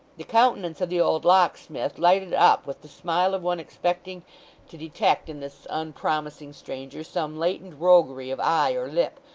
the countenance of the old locksmith lighted up with the smile of one expecting to detect in this unpromising stranger some latent roguery of eye or lip,